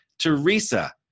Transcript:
Teresa